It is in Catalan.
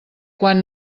quan